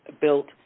built